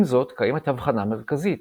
עם זאת, קיימת הבחנה מרכזית